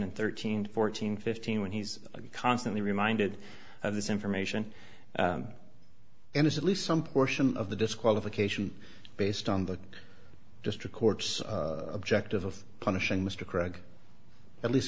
and thirteen fourteen fifteen when he's constantly reminded of this information and it's at least some portion of the disqualification based on the district court's objective of punishing mr craig at least